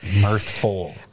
mirthful